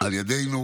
על ידנו,